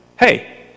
Hey